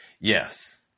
Yes